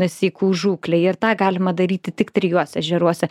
sykų žūklei ir tą galima daryti tik trijuose ežeruose